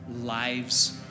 lives